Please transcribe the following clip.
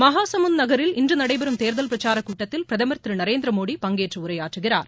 மசாமுந்த் நகரில் இன்று நடைபெறும் தேர்தல் பிரச்சாரக் கூட்டத்தில் பிரதமர் திரு நரேந்திர மோடி பங்கேற்று உரையாற்றுகிறார்